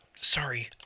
Sorry